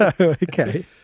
Okay